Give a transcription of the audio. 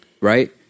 right